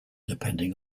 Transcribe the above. depending